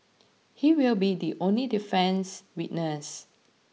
he will be the only defence witness